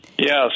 Yes